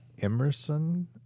Emerson